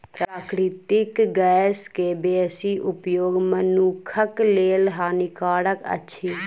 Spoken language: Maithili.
प्राकृतिक गैस के बेसी उपयोग मनुखक लेल हानिकारक अछि